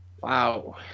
Wow